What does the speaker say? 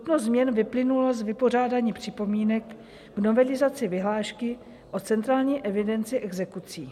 Nutnost změn vyplynula z vypořádání připomínek v novelizaci vyhlášky o centrální evidenci exekucí.